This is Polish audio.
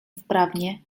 wprawnie